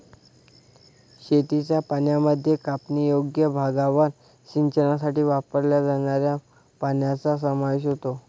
शेतीच्या पाण्यामध्ये कापणीयोग्य भागावर सिंचनासाठी वापरल्या जाणाऱ्या पाण्याचा समावेश होतो